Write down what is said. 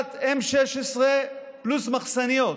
החזקת M16 פלוס מחסניות,